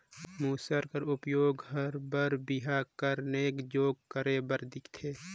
मूसर कर उपियोग हर बर बिहा कर नेग जोग करे बर दिखथे